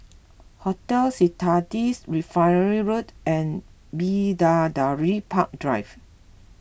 Hotel Citadines Refinery Road and Bidadari Park Drive